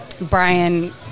Brian